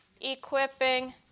equipping